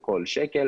כל שקל,